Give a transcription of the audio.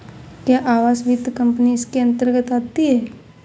क्या आवास वित्त कंपनी इसके अन्तर्गत आती है?